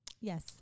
Yes